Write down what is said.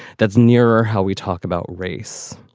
that's nearer how we talk about race.